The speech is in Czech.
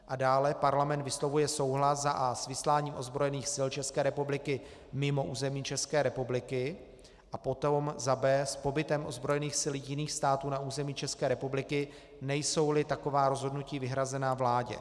A dále Parlament vyslovuje souhlas a) s vysláním ozbrojených sil České republiky mimo území České republiky a b) s pobytem ozbrojených sil jiných států na území České republiky, nejsouli taková rozhodnutí vyhrazena vládě.